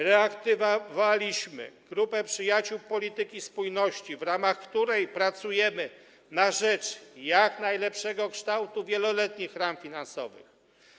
Reaktywowaliśmy grupę przyjaciół polityki spójności, w ramach której pracujemy na rzecz jak najlepszego kształtu wieloletnich ram finansowych.